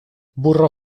burro